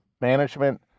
management